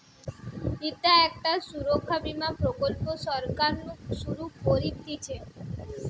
ইটা একটা সুরক্ষা বীমা প্রকল্প সরকার নু শুরু করতিছে